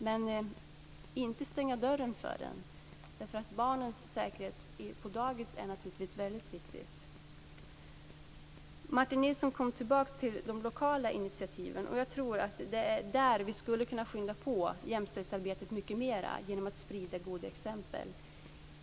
Men man skall inte stänga dörren för den, därför att barnens säkerhet på dagis är naturligtvis väldigt viktig. Martin Nilsson kom tillbaka till de lokala initiativen, och jag tror att vi skulle kunna skynda på jämställdhetsarbetet mycket mer genom att sprida goda exempel.